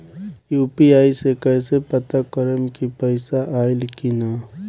UPI से कईसे पता करेम की पैसा आइल की ना?